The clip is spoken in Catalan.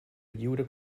lliure